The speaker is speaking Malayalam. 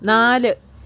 നാല്